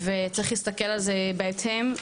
וצריך להסתכל על זה בהתאם,